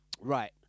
Right